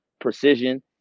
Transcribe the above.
precision